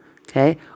Okay